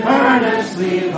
earnestly